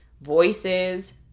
voices